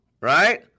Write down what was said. right